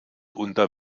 unter